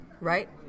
right